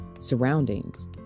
surroundings